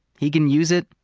he can use it,